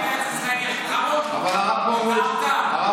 ההתעקשות הזו להחזיק חלקים מארץ ישראל, ויתרת?